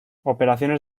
operaciones